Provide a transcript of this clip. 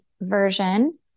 version